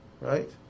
Right